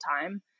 time